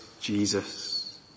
Jesus